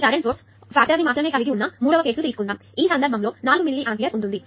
ఈ current source factor ని మాత్రమే కలిగి ఉన్న మూడవ కేసును తీసుకుందాం ఈ సందర్భంలో 4 మిల్లీ ఆంపియర్ ఉంటుంది